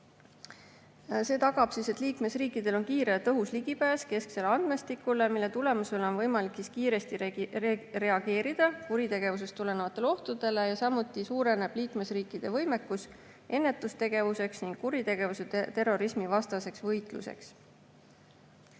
See tagab, et liikmesriikidel on kiire ja tõhus ligipääs kesksele andmestikule, mille tulemusena on võimalik kiiresti reageerida kuritegevusest tulenevatele ohtudele. Samuti suureneb liikmesriikide võimekus ennetustegevuses ning kuritegevuse ja terrorismi vastases võitluses.